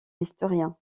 historien